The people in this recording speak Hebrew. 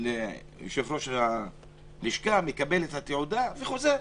ליושב-ראש הלשכה, מקבל את התעודה וחוזר.